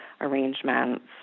arrangements